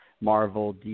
Marvel